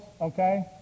okay